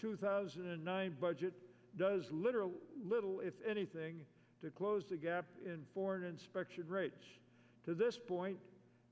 two thousand and nine budget does literally little if anything to close the gap in for an inspection to this point